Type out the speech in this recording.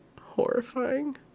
Horrifying